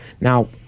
Now